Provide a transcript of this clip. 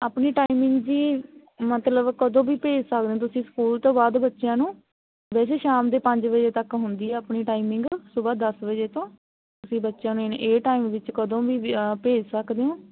ਆਪਣੀ ਟਾਈਮਿੰਗ ਜੀ ਮਤਲਬ ਕਦੋਂ ਵੀ ਭੇਜ ਸਕਦੇ ਹੋ ਤੁਸੀਂ ਸਕੂਲ ਤੋਂ ਬਾਅਦ ਬੱਚਿਆਂ ਨੂੰ ਵੈਸੇ ਸ਼ਾਮ ਦੇ ਪੰਜ ਵਜੇ ਤੱਕ ਹੁੰਦੀ ਹੈ ਆਪਣੀ ਟਾਈਮਿੰਗ ਸੁਬਹ ਦਸ ਵਜੇ ਤੋਂ ਤੁਸੀਂ ਬੱਚਿਆਂ ਨੂੰ ਇਹ ਟਾਈਮ ਵਿੱਚ ਕਦੋਂ ਵੀ ਭੇਜ ਸਕਦੇ ਹੋ